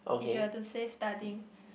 if you have to say studying